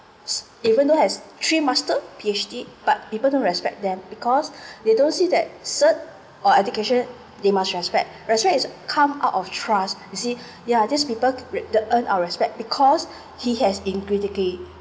even though has three master P_H_D but people don't respect them because they don't see that cert or education they must respect respect is come out of trust you see yeah these people earn our respect because he has